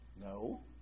No